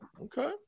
okay